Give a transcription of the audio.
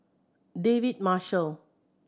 David Marshall